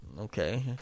Okay